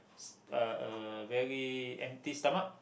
s~ a very empty stomach